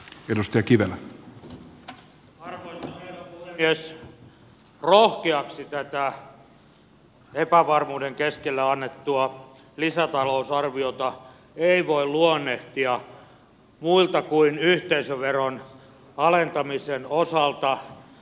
rohkeaksi tätä epävarmuuden keskellä annettua lisätalousarviota ei voi luonnehtia muilta kuin yhteisöveron alentamisen osalta